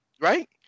right